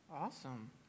Awesome